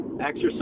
exercise